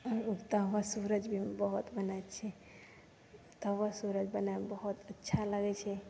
आओर उगता हुआ सूरज भी बहुत बनाबै छी उगता हुआ सूरज बनाबैमे बहुत अच्छा लागै छै